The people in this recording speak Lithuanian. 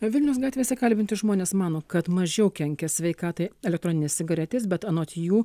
vilniaus gatvėse kalbinti žmonės mano kad mažiau kenkia sveikatai elektroninės cigaretės bet anot jų